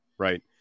Right